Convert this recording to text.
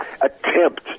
attempt